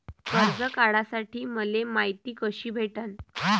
कर्ज काढासाठी मले मायती कशी भेटन?